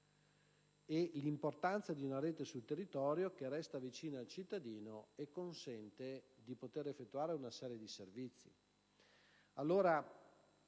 dell'importanza di una rete sul territorio che resta vicino al cittadino e che consente di poter effettuare una serie di servizi.